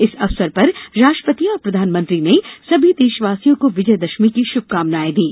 इस अवसर पर राष्ट्रपति और प्रधानमंत्री ने सभी देशवासियों को विजयदशमी की शुभकामनायें दी हैं